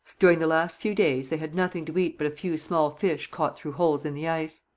during the last few days they had nothing to eat but a few small fish caught through holes in the ice.